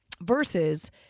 versus